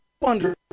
wonder